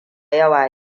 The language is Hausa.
yawa